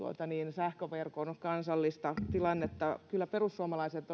sähköverkon kansallista tilannetta kyllä perussuomalaiset